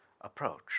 approach